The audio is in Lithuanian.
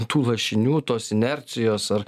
tų lašinių tos inercijos ar